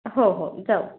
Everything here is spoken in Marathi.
हो हो जाऊ